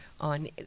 on